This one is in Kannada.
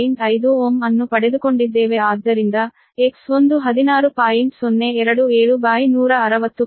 5 Ω ಅನ್ನು ಪಡೆದುಕೊಂಡಿದ್ದೇವೆ ಆದ್ದರಿಂದ X1 16